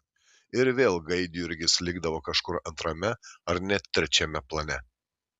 ir vėl gaidjurgis likdavo kažkur antrame ar net trečiame plane